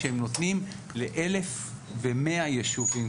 שהם נותנים ל-1,100 יישובים,